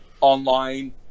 online